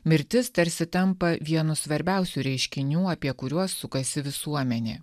mirtis tarsi tampa vienu svarbiausių reiškinių apie kuriuos sukasi visuomenė